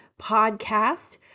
podcast